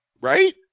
Right